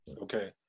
okay